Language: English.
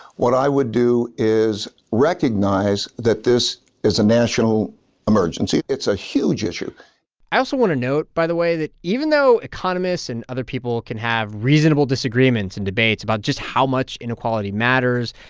what i would do is recognize that this is a national emergency. it's a huge issue i also want to note, by the way, that even though economists and other people can have reasonable disagreements and debates about just how much inequality matters,